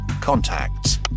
contacts